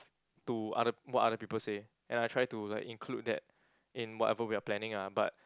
to other what other people say and I try to like include that in whatever we are planning lah but